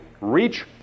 reach